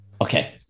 okay